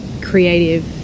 creative